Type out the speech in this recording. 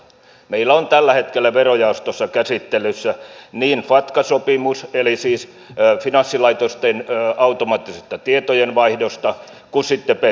meillä on tällä hetkellä verojaostossa käsittelyssä niin fatca sopimus eli sopimus finanssilaitosten automaattisesta tietojenvaihdosta kuin sitten beps hanke